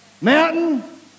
Mountain